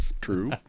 true